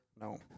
No